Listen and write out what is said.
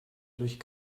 durch